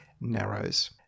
narrows